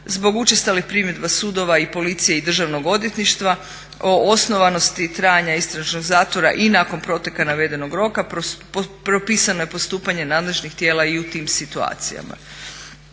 Zbog učestalih primjedba sudova i policije i Državnog odvjetništva o osnovanosti trajanja istražnog zatvora i nakon proteka navedenog roka propisano je postupanje nadležnih tijela i u tim situacijama.